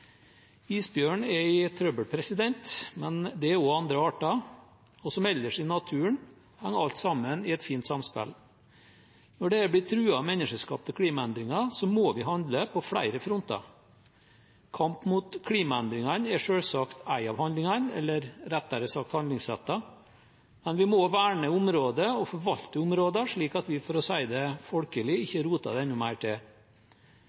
er i trøbbel, men det er også andre arter, og som ellers i naturen henger alt sammen i et fint samspill. Når dette blir truet av menneskeskapte klimaendringer, må vi handle på flere fronter. Kamp mot klimaendringene er selvsagt én av handlingene, eller rettere sagt handlingsrettet, men vi må verne området og forvalte det slik at vi – for å si det folkelig – ikke roter det enda mer til.